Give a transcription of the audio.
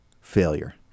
failure